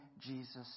Jesus